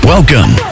Welcome